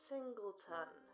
Singleton